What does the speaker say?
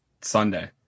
sunday